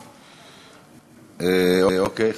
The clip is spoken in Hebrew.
אוקיי.